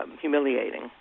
humiliating